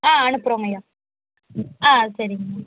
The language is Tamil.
ஆ அனுப்புறோங்கய்யா ஆ சரிங்கய்யா